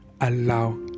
allow